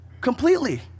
completely